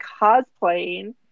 cosplaying